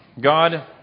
God